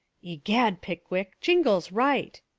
egad, pickwick, jingle's right,